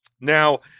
Now